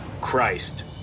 Christ